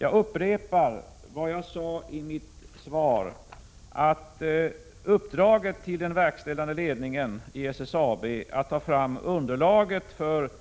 Jag upprepar vad jag sade i mitt svar om att uppdraget till verkställande ledningen inom SSAB att ta fram underlag för arbetet